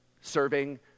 serving